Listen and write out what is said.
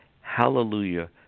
hallelujah